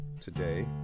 today